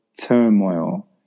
turmoil